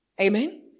Amen